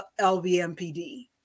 LVMPD